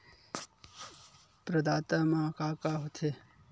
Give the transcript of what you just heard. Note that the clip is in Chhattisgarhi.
प्रदाता मा का का हो थे?